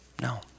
No